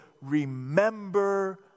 remember